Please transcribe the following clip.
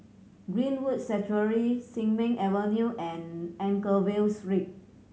Greenwood Sanctuary Sin Ming Avenue and Anchorvale Street